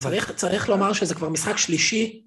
צריך לומר שזה כבר משחק שלישי.